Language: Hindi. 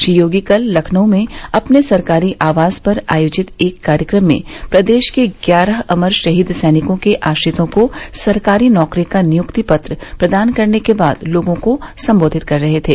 श्री योगी कल लखनऊ में अपने सरकारी आवास पर आयोजित एक कार्यक्रम में प्रदेश के ग्यारह अमर शहीद सैनिकों के आश्रितों को सरकारी नौकरी का नियुक्ति पत्र प्रदान करने के बाद लोगों को सम्बोधित कर रहे थे